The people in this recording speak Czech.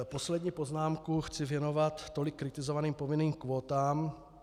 Poslední poznámku chci věnovat tolik kritizovaným povinným kvótám.